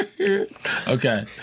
Okay